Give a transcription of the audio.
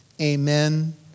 Amen